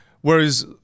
Whereas